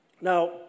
Now